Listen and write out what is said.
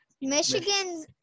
Michigan